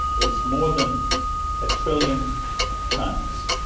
it's more than a trillion tonnes,